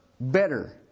Better